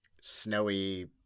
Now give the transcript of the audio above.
snowy